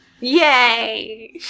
Yay